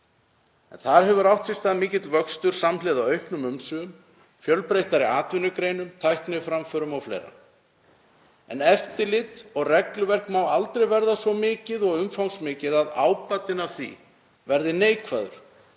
en þar hefur átt sér stað mikill vöxtur samhliða auknum umsvifum, fjölbreyttari atvinnugreinum, tækniframförum og fleira. Eftirlit og regluverk má þó aldrei verða svo mikið og umfangsmikið að ábatinn af því verði neikvæður